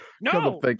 No